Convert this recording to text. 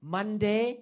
Monday